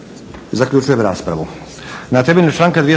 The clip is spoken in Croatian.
Zaključujem raspravu.